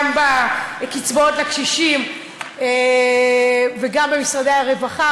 גם בקצבאות לקשישים וגם במשרדי הרווחה,